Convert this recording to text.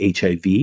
HIV